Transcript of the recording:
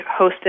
hosted